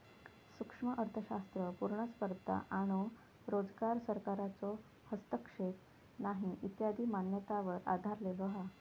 सूक्ष्म अर्थशास्त्र पुर्ण स्पर्धा आणो रोजगार, सरकारचो हस्तक्षेप नाही इत्यादी मान्यतांवर आधरलेलो हा